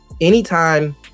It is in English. anytime